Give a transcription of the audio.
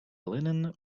linen